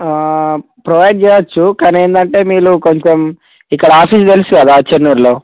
provide చేయొచ్చు కానీ ఏంటంటే మీరు కొంచెం ఇక్కడ ఆఫీస్ తెలుసు కదా చెన్నూరులో